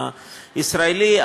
הישראלי.